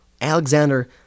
Alexander